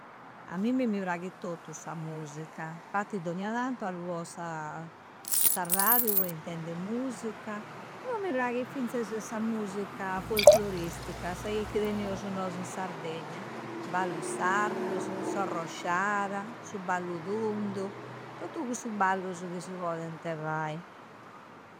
A mimmi mi praghi tottu sa musica. Infatti dogna tanto alluo sa sa radiu po intendi musica. Poi mi praghi finzese sa musica folcloriistica, sa ca chi teneusu nosu in Sardegna. Ballu sardusu, s'orrosciada, su ballu tundu. Tottu cussu ballusu ca si poente fai.